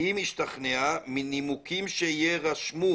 'אם השתכנעה מנימוקים שיירשמו',